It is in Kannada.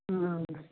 ಹಾಂ